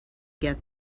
get